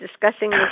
Discussing